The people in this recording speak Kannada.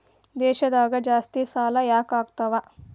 ದೇಶದಾಗ ಜಾಸ್ತಿಸಾಲಾ ಯಾಕಾಗ್ತಾವ?